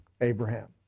Abraham